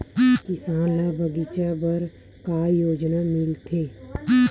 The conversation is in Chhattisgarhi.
किसान ल बगीचा बर का योजना मिलथे?